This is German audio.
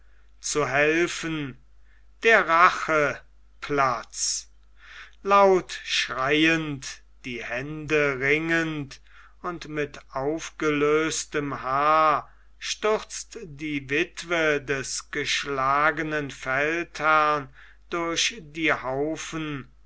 zu helfen der rache platz laut schreiend die hände ringend und mit aufgelöstem haar stürzt die wittwe des geschlagenen feldherrn durch die haufen